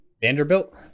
Vanderbilt